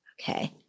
Okay